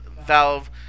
Valve